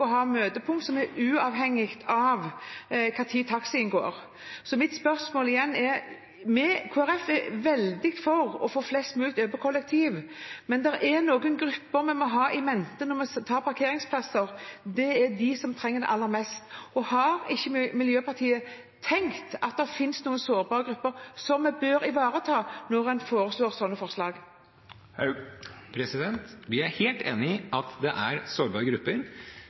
å ha møtepunkter som er uavhengige av når taxien går. Så jeg spør igjen: Kristelig Folkeparti er veldig for å få flest mulig over på kollektiv, men det er noen grupper vi må ha i mente når vi tar parkeringsplasser, og det er dem som trenger dem aller mest. Har ikke Miljøpartiet De Grønne tenkt på at det finnes noen sårbare grupper som vi bør ivareta, når man kommer med slike forslag? Vi er helt enig i at det er sårbare grupper